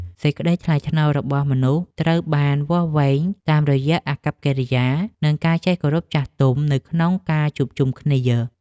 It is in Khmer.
សេចក្ដីថ្លៃថ្នូររបស់មនុស្សត្រូវបានវាស់វែងតាមរយៈអាកប្បកិរិយា និងការចេះគោរពចាស់ទុំនៅក្នុងការជួបជុំគ្នា។